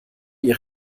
ihr